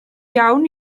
iawn